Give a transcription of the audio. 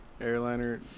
airliner